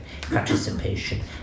participation